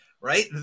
right